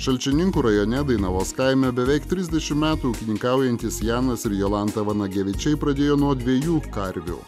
šalčininkų rajone dainavos kaime beveik trisdešim metų ūkininkaujantys janas ir jolanta vanagevičiai pradėjo nuo dviejų karvių